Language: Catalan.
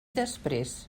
després